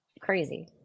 crazy